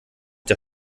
der